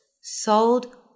sold